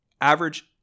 average